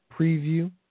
preview